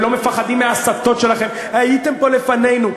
לא מפחדים מההסתות שלכם: הייתם פה לפנינו.